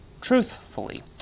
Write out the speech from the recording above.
truthfully